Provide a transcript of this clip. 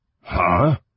Huh